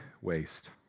waste